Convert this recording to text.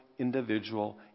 individual